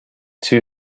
too